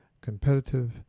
competitive